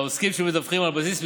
לעוסקים שמדווחים על בסיס מזומן,